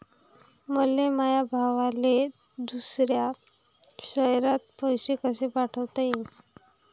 मले माया भावाले दुसऱ्या शयरात पैसे कसे पाठवता येईन?